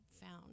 found